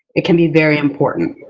it can be very important.